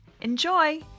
Enjoy